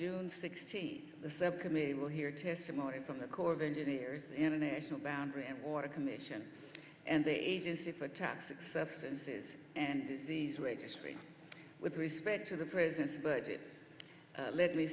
june sixteenth the subcommittee will hear testimony from the corps of engineers international boundary and water commission and the agency for toxic substances and disease registry with respect to the prisons but it let me